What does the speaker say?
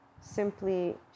simply